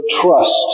trust